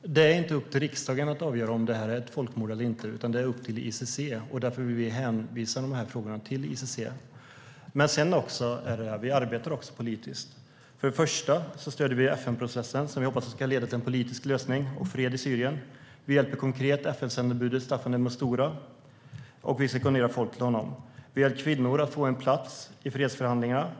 Herr talman! Det är inte upp till riksdagen att avgöra om det här är ett folkmord eller inte, utan det är upp till ICC. Därför vill vi hänvisa frågan till ICC. Vi arbetar också politiskt. För det första stöder vi FN-processen, som vi hoppas ska leda till en politisk lösning och fred i Syrien. Vi hjälper konkret FN-sändebudet Staffan de Mistura och bidrar med folk till honom. Vi har hjälpt kvinnor att få en plats i fredsförhandlingarna.